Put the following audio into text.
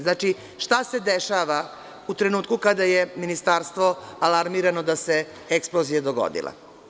Znači, šta se dešava u trenutku kada je Ministarstvo alarmirano da se eksplozija dogodila?